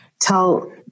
tell